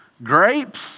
Grapes